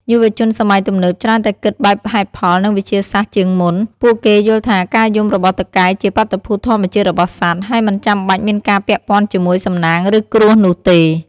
យុវជនសម័យទំនើបច្រើនតែគិតបែបហេតុផល និងវិទ្យាសាស្ត្រជាងមុន។ ពួកគេយល់ថាការយំរបស់តុកែជាបាតុភូតធម្មជាតិរបស់សត្វ ហើយមិនចាំបាច់មានការពាក់ព័ន្ធជាមួយសំណាងឬគ្រោះនោះទេ។